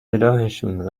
راهشون